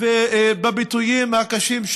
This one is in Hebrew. ובביטויים הקשים,